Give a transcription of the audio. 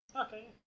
Okay